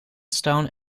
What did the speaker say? stone